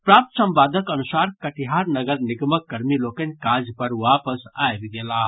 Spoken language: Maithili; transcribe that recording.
प्राप्त सम्वादक अनुसार कटिहार नगर निगमक कर्मी लोकनि काज पर वापस आबि गेलाह